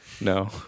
No